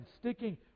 sticking